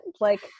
Like-